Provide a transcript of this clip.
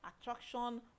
attraction